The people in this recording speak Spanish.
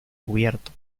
cubierto